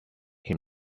him